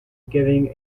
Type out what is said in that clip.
giving